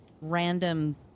random